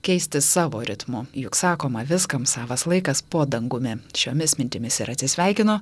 keisti savo ritmu juk sakoma viskam savas laikas po dangumi šiomis mintimis ir atsisveikinu